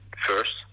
first